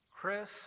Chris